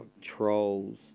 Trolls